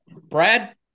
Brad